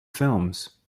films